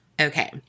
okay